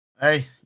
Hey